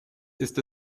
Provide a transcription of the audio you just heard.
ist